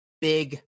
big